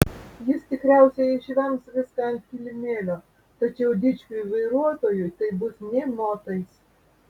jis tikriausiai išvems viską ant kilimėlio tačiau dičkiui vairuotojui tai bus nė motais